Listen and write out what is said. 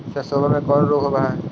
सरसोबा मे कौन रोग्बा होबय है?